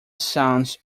sounds